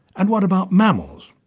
and what about mammals?